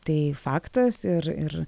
tai faktas ir ir